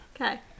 Okay